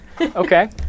Okay